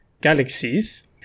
galaxies